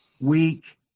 weak